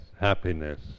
happiness